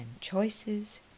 choices